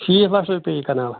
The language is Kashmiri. شیٖتھ لَچھ رۄپیٚیہِ پیٚیہِ یہِ کَنال